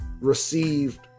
received